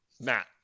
Matt